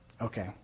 Okay